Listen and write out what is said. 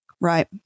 Right